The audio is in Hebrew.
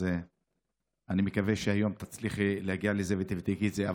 אז אני מקווה שהיום תצליחי להגיע לזה ותבדקי את זה.